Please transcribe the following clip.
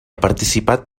participat